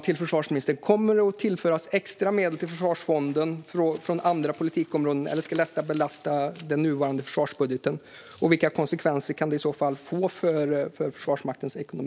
till försvarsministern: Kommer det att tillföras extra medel till försvarsfonden från andra politikområden, eller ska detta belasta den nuvarande försvarsbudgeten? Och vilka konsekvenser kan det i så fall få för Försvarsmaktens ekonomi?